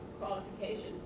qualifications